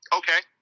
okay